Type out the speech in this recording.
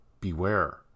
beware